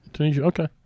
okay